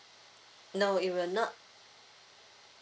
no it will not